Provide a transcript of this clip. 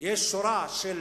שורה של